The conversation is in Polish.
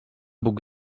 bóg